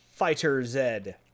FighterZ